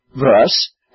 verse